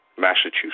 massachusetts